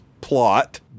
plot